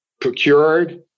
procured